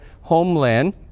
homeland